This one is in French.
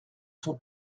sont